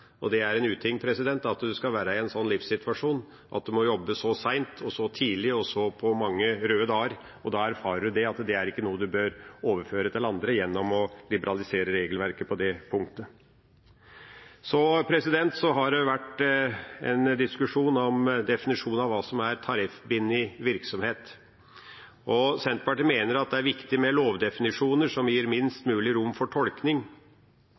Det er en uting at en skal være i en sånn livssituasjon at en må jobbe så seint og så tidlig og på så mange røde dager, og da erfarer du at ikke det er noe en bør overføre til andre gjennom å liberalisere regelverket på det punktet. Det har vært en diskusjon om definisjonen av hva som er tariffbundet virksomhet. Senterpartiet mener at det er viktig med lovdefinisjoner som gir minst mulig rom for tolkning.